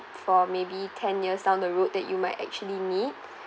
for maybe ten years down the road that you might actually need